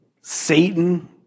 Satan